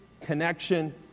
connection